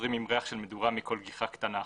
חוזרים עם ריח של מדורה מכל גיחה קטנה החוצה,